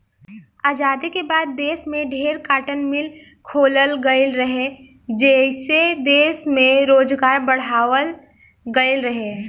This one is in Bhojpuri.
आजादी के बाद देश में ढेरे कार्टन मिल खोलल गईल रहे, जेइसे दश में रोजगार बढ़ावाल गईल रहे